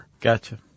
Gotcha